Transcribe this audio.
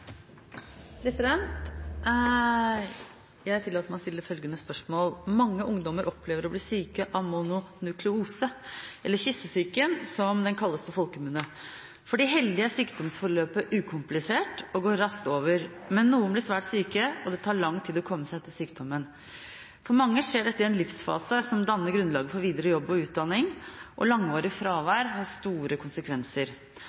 ungdommer opplever å bli syke av mononukleose, eller kyssesyken som den kalles på folkemunne. For de heldige er sykdomsforløpet ukomplisert og går raskt over, men noen blir svært syke, og det tar lang tid å komme seg etter sykdommen. For mange skjer dette i en livsfase som danner grunnlaget for videre utdanning og jobb, og langvarig fravær har store konsekvenser.